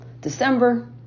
December